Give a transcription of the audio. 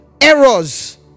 errors